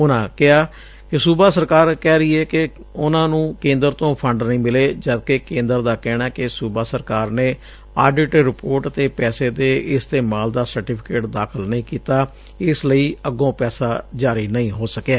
ਉਨ੍ਹਾ ਕਿਹਾ ਕਿ ਸੂਬਾ ਸਰਕਾਰ ਕਹਿ ਰਹੀ ਏ ਕਿ ਉਨ੍ਹਾ ਨੂੰ ਕੇਂਦਰ ਤੋਂ ਫੰਡ ਨਹੀਂ ਮਿਲੇ ਜਦਕਿ ਕੇਂਦਰ ਦਾ ਕਹਿਣ ਕਿ ਸੁਬਾ ਸਰਕਾਰ ਨੇ ਆਡਿਟ ਰਿਪੋਰਟ ਅਤੇ ਪੈਸੇ ਦੇ ਇਸਤੇਮਾਲ ਦਾ ਸਰਟੀਫੀਕੇਟ ਦਾਖਲ ਨਹੀਂ ਕੀਤਾ ਇਸ ਲਈ ਅਗੋਂ ਪੈਸਾ ਜਾਰੀ ਨਹੀਂ ਹੋ ਸਕਿਐ